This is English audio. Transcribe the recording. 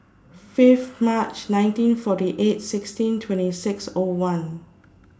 Fifth March nineteen forty eight sixteen twenty six O one